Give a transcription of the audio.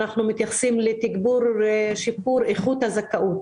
אנחנו מתייחסים לתגבור ושיפור איכות הזכאות.